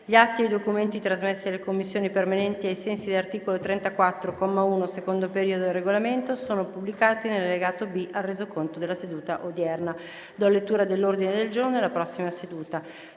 gli atti e i documenti trasmessi alle Commissioni permanenti ai sensi dell'articolo 34, comma 1, secondo periodo, del Regolamento sono pubblicati nell'allegato B al Resoconto della seduta odierna. **Ordine del giorno per la seduta